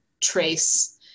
trace